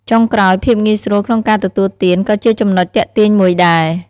ចុងក្រោយ ភាពងាយស្រួលក្នុងការទទួលទាន ក៏ជាចំណុចទាក់ទាញមួយដែរ។